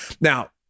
Now